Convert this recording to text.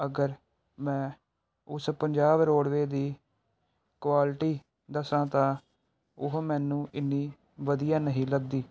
ਅਗਰ ਮੈਂ ਉਸ ਪੰਜਾਬ ਰੋਡਵੇਜ਼ ਦੀ ਕੁਆਲਿਟੀ ਦੱਸਾਂ ਤਾਂ ਉਹ ਮੈਨੂੰ ਇੰਨੀ ਵਧੀਆ ਨਹੀਂ ਲੱਗਦੀ